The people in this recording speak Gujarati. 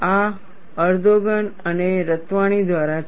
આ એર્દોગન અને રતવાણી દ્વારા છે